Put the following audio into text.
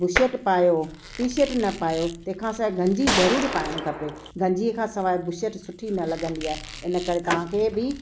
बुशेट पायो T shirt न पायो तंहिंखां सवाइ गंजी ज़रूरु पाइणु खपे गंजी खा सवाइ बुशेट सुठी न लॻंदी आहे इन करे तव्हांखे बि